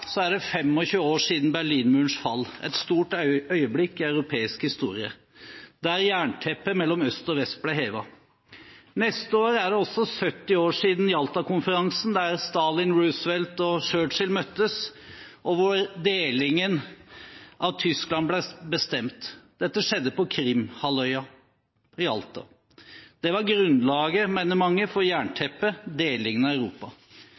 er det 25 år siden Berlinmurens fall, et stort øyeblikk i europeisk historie, da jernteppet mellom øst og vest ble hevet. Neste år er det også 70 år siden Jaltakonferansen, der Stalin, Roosevelt og Churchill møttes, og der delingen av Tyskland ble bestemt. Dette skjedde på Krimhalvøya, i Jalta. Det var grunnlaget, mener mange, for jernteppet, for delingen av Europa.